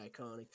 iconic